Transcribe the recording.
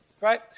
Right